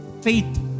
Faith